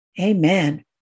Amen